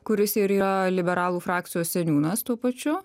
kuris ir yra liberalų frakcijos seniūnas tuo pačiu